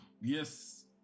yes